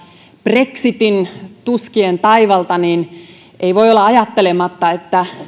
brexitin tuskien taivalta ei voi olla ajattelematta